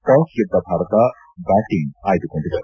toss ಗೆದ್ದ Bharat batting ಆಯ್ದುಕೊಂಡಿದೆ